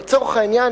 לצורך העניין,